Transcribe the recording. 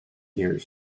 years